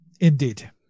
Indeed